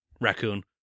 raccoon